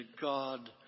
God